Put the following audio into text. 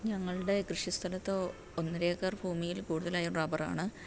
ഞങ്ങളുടെ കൃഷി സ്ഥലത്ത് ഒന്നെര ഏക്കർ ഭൂമിയിൽ കൂടുതലായും റബ്ബർ ആണ്